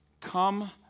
come